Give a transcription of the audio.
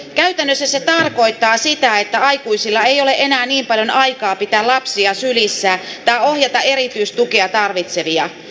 käytännössä se tarkoittaa sitä että aikuisilla ei ole enää niin paljon aikaa pitää lapsia sylissä tai ohjata erityistukea tarvitsevia